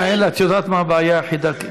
יעל, את יודעת מה הבעיה היחידה?